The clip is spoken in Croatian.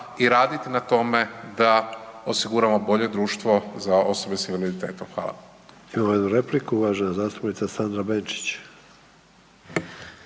i raditi na tome da osiguramo bolje društvo za osobe s invaliditetom. Hvala.